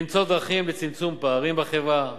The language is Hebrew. למצוא דרכים לצמצום פערים בחברה.